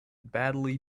badly